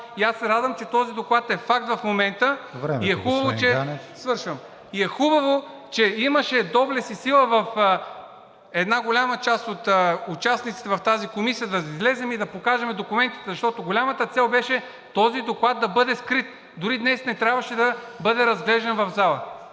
Ганев. ЦОНЧО ГАНЕВ: Свършвам. И е хубаво, че имаше доблест и сила в една голяма част от участниците в тази комисия да излезем и да покажем документите, защото голямата цел беше този доклад да бъде скрит. Дори днес не трябваше да бъде разглеждан в зала.